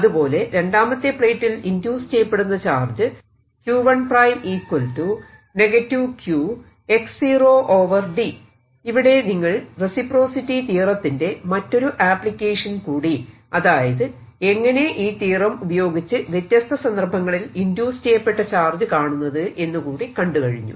അതുപോലെ രണ്ടാമത്തെ പ്ലേറ്റിൽ ഇൻഡ്യൂസ് ചെയ്യപ്പെടുന്ന ചാർജ് ഇവിടെ നിങ്ങൾ റെസിപ്രോസിറ്റി തിയറത്തിന്റെ മറ്റൊരു അപ്ലിക്കേഷൻ കൂടി അതായത് എങ്ങനെ ഈ തിയറം ഉപയോഗിച്ച് വ്യത്യസ്ത സന്ദർഭങ്ങളിൽ ഇൻഡ്യൂസ് ചെയ്യപ്പെട്ട ചാർജ് കാണുന്നത് എന്നുകൂടി കണ്ടു കഴിഞ്ഞു